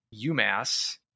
UMass